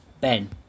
Ben